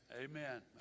amen